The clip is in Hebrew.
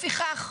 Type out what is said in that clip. לפיכך,